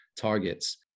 targets